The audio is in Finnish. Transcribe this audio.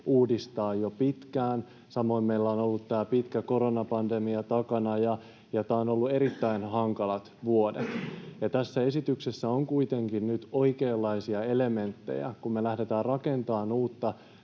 uudistaa jo pitkään. Samoin meillä on ollut takana tämä pitkä koronapandemia, ja nämä ovat olleet erittäin hankalat vuodet. Tässä esityksessä on kuitenkin nyt oikeanlaisia elementtejä, kun me lähdetään rakentamaan uutta,